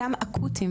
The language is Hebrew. חלקם אקוטיים,